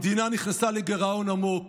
המדינה נכנסה לגירעון עמוק.